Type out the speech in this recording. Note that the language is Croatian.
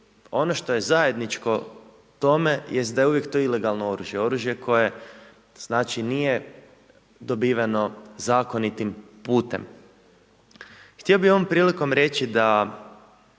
ono što je zajedničko tome jest da je to uvijek ilegalno oružje, oružje koje znači nije dobiveno zakonitim putem. Htio bi ovom prilikom reći da